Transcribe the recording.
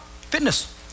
Fitness